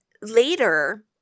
later